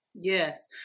Yes